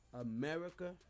America